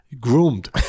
groomed